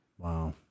Wow